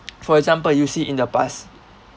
for example you see in the bus